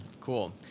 Cool